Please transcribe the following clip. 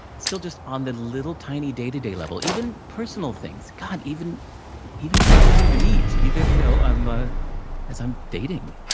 still just on the little, tiny, day to day level, even personal things. god, even even people you meet, even you know ah as i'm dating,